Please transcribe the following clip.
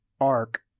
arc